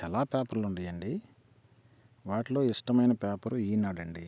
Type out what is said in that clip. ఎలా పేపర్లు ఉన్నాయండి వాటిలో ఇష్టమైన పేపర్ ఈనాడు అండి